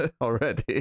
already